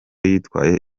yitwaye